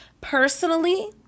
personally